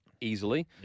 easily